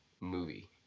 movie